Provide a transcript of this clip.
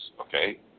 okay